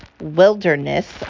Wilderness